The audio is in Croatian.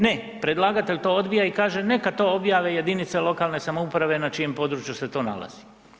Ne, predlagatelj to odbija i kaže neka to objave jedinice lokalne samouprave na čijem području se to nalazi.